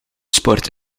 sport